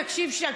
תקשיב שנייה,